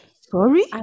Sorry